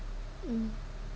uh